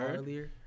earlier